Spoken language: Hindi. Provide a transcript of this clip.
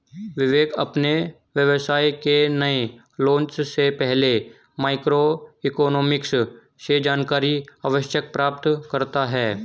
विवेक अपने व्यवसाय के नए लॉन्च से पहले माइक्रो इकोनॉमिक्स से जानकारी अवश्य प्राप्त करता है